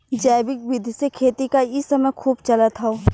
जैविक विधि से खेती क इ समय खूब चलत हौ